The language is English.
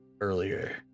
earlier